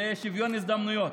זה שוויון הזדמנויות.